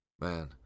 man